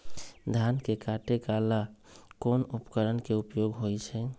धान के काटे का ला कोंन उपकरण के उपयोग होइ छइ?